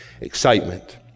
excitement